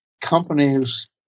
companies